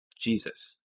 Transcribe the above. Jesus